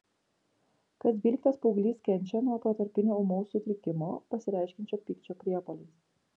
kas dvyliktas paauglys kenčia nuo protarpinio ūmaus sutrikimo pasireiškiančio pykčio priepuoliais